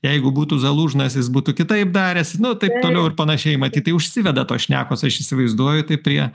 jeigu būtų zalužnas jis būtų kitaip daręs nu taip toliau ir panašiai matyt tai užsiveda tos šnekos aš įsivaizduoju tai prie